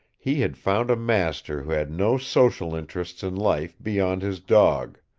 he had found a master who had no social interests in life beyond his dog,